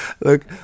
Look